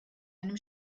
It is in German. einem